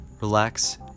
relax